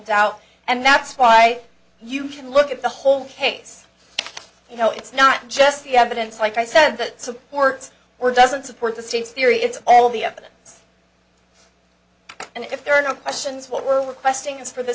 doubt and that's why you can look at the whole case you know it's not just the evidence like i said that supports or doesn't support the state's theory it's all the evidence and if there are no questions what we're requesting is for th